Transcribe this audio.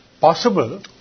possible